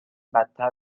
بدتر